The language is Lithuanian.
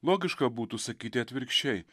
logiška būtų sakyti atvirkščiai